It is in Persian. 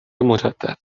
مجدد